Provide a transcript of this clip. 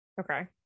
Okay